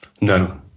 No